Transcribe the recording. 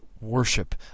worship